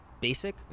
basic